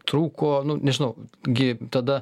trūko nu nežinau gi tada